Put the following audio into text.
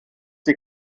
sie